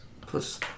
plus